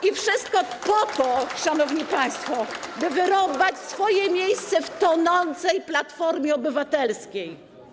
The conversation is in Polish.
I wszystko po to, szanowni państwo, by wyrąbać swoje miejsce w tonącej Platformie Obywatelskiej.